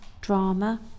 drama